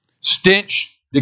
stench